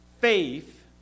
faith